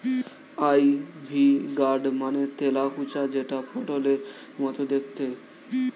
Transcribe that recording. ivy gourd মানে তেলাকুচা যেটা পটলের মতো দেখতে